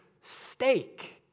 steak